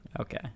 Okay